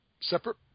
separate